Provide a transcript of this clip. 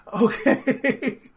Okay